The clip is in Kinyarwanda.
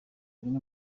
bimwe